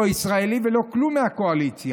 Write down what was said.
לא ישראלי ולא כלום מהקואליציה.